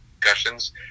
discussions